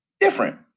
different